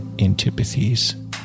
antipathies